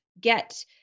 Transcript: get